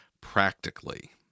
practically